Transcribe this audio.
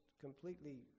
completely